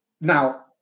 Now